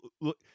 look